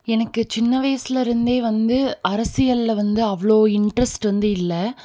எனக்கு சின்ன வயசுலிருந்தே வந்து அரசியலில் வந்து அவ்வளோ இன்ட்ரஸ்ட் வந்து இல்லை